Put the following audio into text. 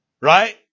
right